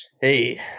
Hey